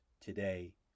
today